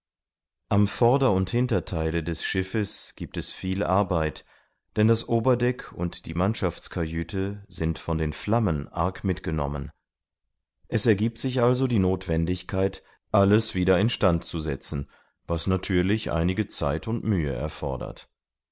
am vorder und hintertheile des schiffes giebt es viel arbeit denn das oberdeck und die mannschaftskajüte sind von den flammen arg mitgenommen es ergiebt sich also die nothwendigkeit alles wieder in stand zu setzen was natürlich einige zeit und mühe erfordert